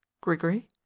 grigory